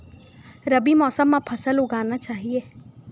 रबी मौसम म का फसल लगाना चहिए?